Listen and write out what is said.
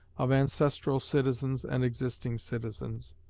of ancestral citizens and existing citizens.